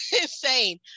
insane